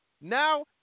Now